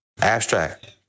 abstract